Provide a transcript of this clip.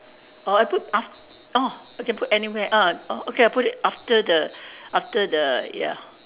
orh I put af~ orh you can put anywhere ah orh okay I put it after the after the ya